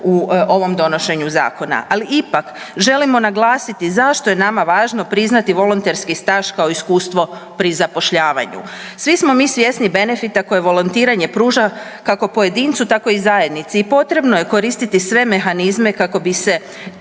u ovom donošenju zakona, ali ipak želimo naglasiti zašto je nama važno priznati volonterski staž kao iskustvo pri zapošljavanju. Svi smo mi svjesni benefita koje volontiranje pruža kako pojedincu tako i zajednici i potrebno je koristiti sve mehanizme kako bi se